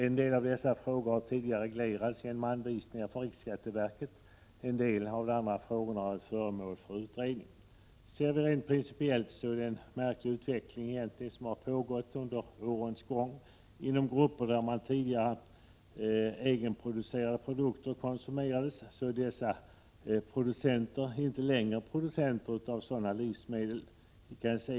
En del av dessa frågor har tidigare reglerats genom anvisningar från riksskatteverket, och andra har varit föremål för utredning. Ser vi det rent principiellt är det en märklig utveckling som skett under årens lopp. Grupper som tidigare konsumerat egenproducerade produkter är inte längre producenter av sådana livsmedel.